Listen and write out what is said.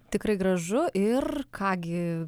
tikrai gražu ir ką gi